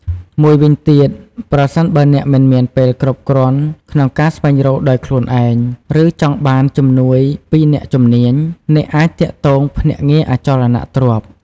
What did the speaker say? មួយវិញទៀត ប្រសិនបើអ្នកមិនមានពេលគ្រប់គ្រាន់ក្នុងការស្វែងរកដោយខ្លួនឯង ឬចង់បានជំនួយពីអ្នកជំនាញ អ្នកអាចទាក់ទងភ្នាក់ងារអចលនទ្រព្យ។